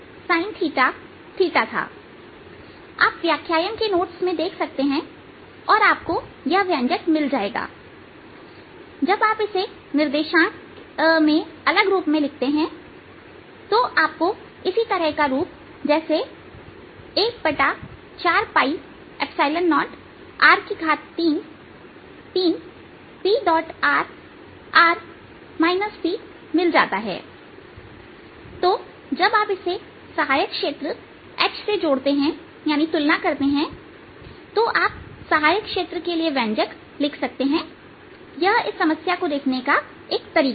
आप व्याख्यान के नोट्स देख सकते हैं औरआपको यह व्यंजक मिल जाएगा और जब आप इसे निर्देशांक से अलग रूप में लिखते हैं तो आपको इसी तरह का रूप जैसे 140r33pr r Pमिल जाता है तो जब आप इसे सहायक क्षेत्र H से जोड़ते हैं यानी तुलना करते हैं आप सहायक क्षेत्र के लिए व्यंजक लिख सकते हैं यह इस समस्या को देखने का एक तरीका है